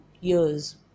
years